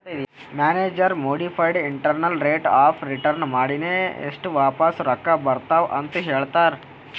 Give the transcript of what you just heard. manager modified internal rate of return ಮಾಡಿನೆ ಎಸ್ಟ್ ವಾಪಿಸ್ ರೊಕ್ಕಾ ಬರ್ತಾವ್ ಅಂತ್ ಹೇಳ್ತಾರ್